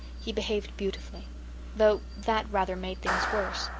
he behaved beautifully though that rather made things worse.